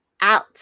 out